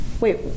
Wait